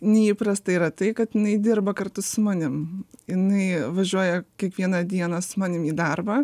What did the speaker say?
neįprasta yra tai kad jinai dirba kartu su manim jinai važiuoja kiekvieną dieną su manim į darbą